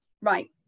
right